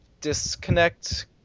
disconnect